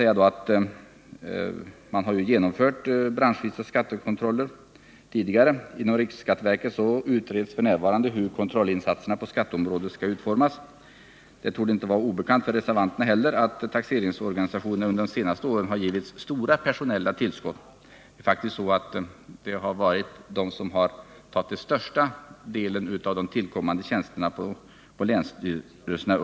Som bekant har branschvisa skattekontroller tidigare genomförts, och inom riksskatteverket utreds f. n. frågan om hur kontrollinsatserna på skatteområdet skall utformas. Det torde inte heller vara obekant för reservanterna att taxeringsorganisationen under de senaste åren har fått stora personella tillskott. Man har faktiskt under ett antal år fått den största delen av de tillkommande tjänsterna vid länsstyrelserna.